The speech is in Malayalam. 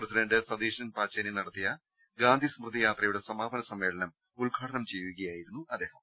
പ്രസിഡണ്ട് സതീശൻ പാച്ചേനിം നടത്തിയ ഗാന്ധി സ്മൃതി യാത്രയുടെ സമാപന സമ്മേളനം ഉദ്ഘാടനം ചെയ്യുകയായിരുന്നു അദ്ദേഹം